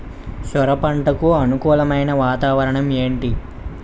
సొర పంటకు అనుకూలమైన వాతావరణం ఏంటి?